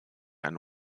eine